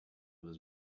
was